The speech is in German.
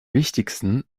wichtigsten